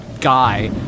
guy